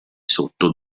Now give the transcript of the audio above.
sotto